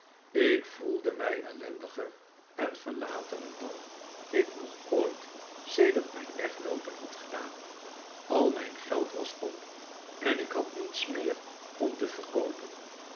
ik voelde mij ellendiger en verlatener dan ik nog ooit sedert mijn wegloopen had gedaan al mijn geld was op en ik had niets meer om te verkoopen